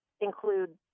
include